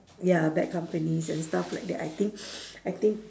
ya bad companies and stuff like that I think I think